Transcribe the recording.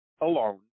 alone